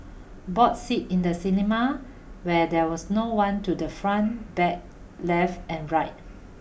bought seat in the cinema where there was no one to the front back left and right